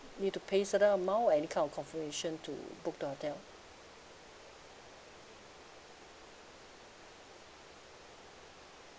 need to pay certain amount any kind of confirmation to book the hotel